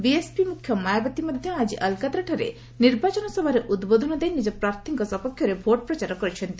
BSP ମୁଖ୍ୟ ମାୟାବତୀ ମଧ୍ୟ ଆଜି ଆକାଲାତାରଠାରେ ନିର୍ବାଚନ ସଭାରେ ଉଦ୍ବୋଧନ ଦେଇ ନିଜ ପ୍ରାର୍ଥୀଙ୍କ ସପକ୍ଷରେ ଭୋଟ୍ ପ୍ରଚାର କରିଛନ୍ତି